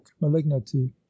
malignity